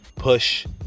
Push